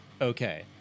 Okay